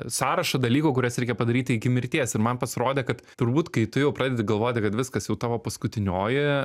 sąrašą dalykų kuriuos reikia padaryti iki mirties ir man pasirodė kad turbūt kai tu jau pradedi galvoti kad viskas jau tavo paskutinioji